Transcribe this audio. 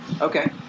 Okay